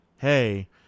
hey